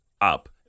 up